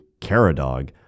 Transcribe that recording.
Caradog